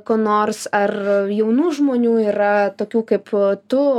ko nors ar jaunų žmonių yra tokių kaip tu